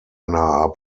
are